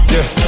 Yes